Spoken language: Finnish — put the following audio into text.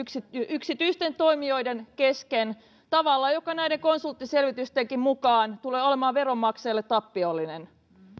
yksityisten toimijoiden kesken tavalla joka näiden konsulttiselvitystenkin mukaan tulee olemaan veronmaksajille tappiollinen